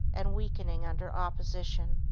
and weakening under opposition.